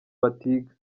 batiga